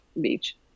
beach